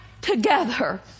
together